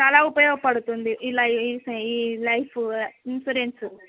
చాలా ఉపయోగపడుతుంది ఇలా ఈ ఈ లైఫు ఇన్సూరెన్సు